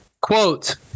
Quote